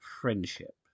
friendship